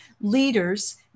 leaders